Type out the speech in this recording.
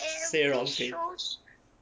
say wrong thing